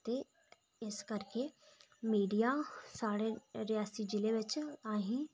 ते इस करियै मीडिया साढ़े रियासी जिले बिच असें गी